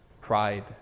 pride